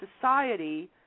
society